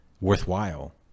worthwhile